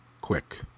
Quick